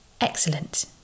Excellent